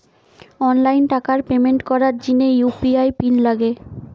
online টাকার payment করার জিনে ইউ.পি.আই পিন লাগে